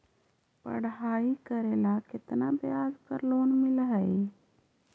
पढाई करेला केतना ब्याज पर लोन मिल हइ?